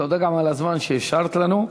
תודה גם על הזמן שהשארת לנו.